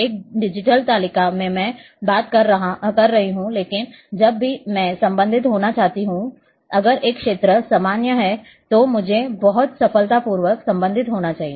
एक डिजिटल तालिका में मैं बात कर रहा हूं लेकिन जब भी मैं संबंधित होना चाहता हूं अगर एक क्षेत्र सामान्य है तो मुझे बहुत सफलतापूर्वक संबंधित होना चाहिए